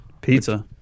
Pizza